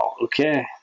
Okay